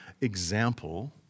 example